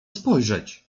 spojrzeć